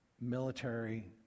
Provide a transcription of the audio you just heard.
military